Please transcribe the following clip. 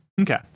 okay